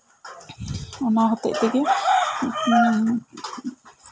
ᱚᱱᱟ ᱦᱚᱛᱮᱡ ᱛᱮᱜᱮ